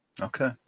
Okay